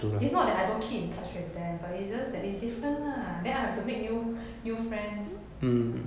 it's not that I don't keep in touch with them but it's just that it's different lah then I have to make new new friends